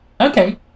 okay